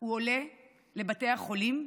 הוא עולה לבתי החולים,